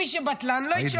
מי שבטלן לא ישלם.